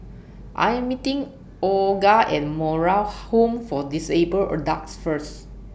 I'm meeting Olga At Moral Home For Disabled Adults First